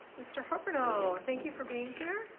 mr. harpenau, thank you for being here.